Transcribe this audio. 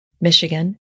Michigan